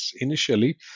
initially